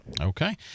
okay